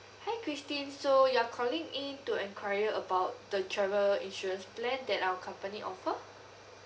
hi christine so you're calling in to enquire about the travel insurance plan that our company offer